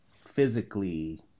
physically